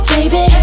Baby